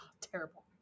terrible